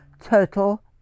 total